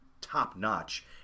top-notch